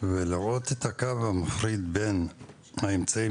ולראות את הקו המחריד בין האמצעים